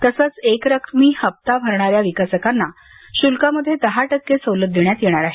तसंच एकरकमी हप्ता भरणाऱ्या विकसकांना शुल्कामध्ये दहा टक्के सवलत देण्यात येणार आहे